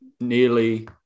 nearly